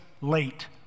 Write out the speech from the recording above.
late